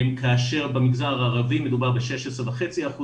כאשר במגזר הערבי מדובר ב-16.5%,